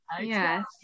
Yes